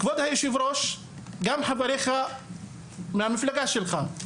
כבוד היושב ראש, גם החברים מהמפלגה שלך,